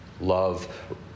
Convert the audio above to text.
Love